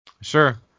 Sure